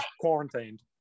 quarantined